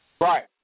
Right